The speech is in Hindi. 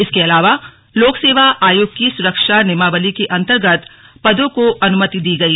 इसके अलावा लोक सेवा आयोग की सुरक्षा नियमावली के अन्तर्गत पदों को अनुमति दी गई